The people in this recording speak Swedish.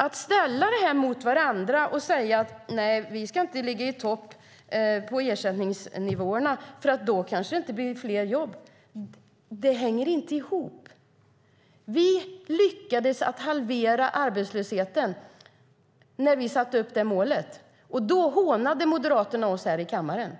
Det hänger inte ihop att ställa de här två sakerna mot varandra och säga att vi inte ska ligga i topp med ersättningsnivåerna för då kanske det inte blir fler jobb. Vi lyckades halvera arbetslösheten när vi satte upp det målet. Då hånade Moderaterna oss här i kammaren.